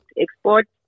export